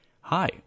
Hi